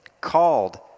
called